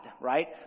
right